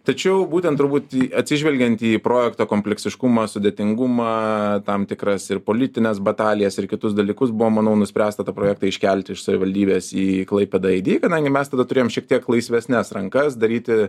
tačiau būtent turbūt i atsižvelgiant į projekto kompleksiškumą sudėtingumą tam tikras ir politines batalijas ir kitus dalykus buvo manau nuspręsta tą projektą iškelti iš savivaldybės į klaipėdą aidi kadangi mes tada turėjom šiek tiek laisvesnes rankas daryti